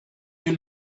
you